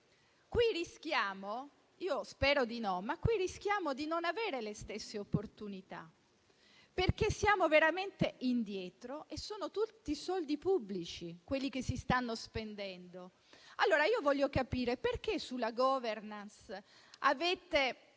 Qui rischiamo - io spero di no - di non avere le stesse opportunità, perché siamo veramente indietro e sono tutti soldi pubblici quelli che si stanno spendendo. Allora voglio capire perché sulla *governance* avete